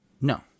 No